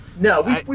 No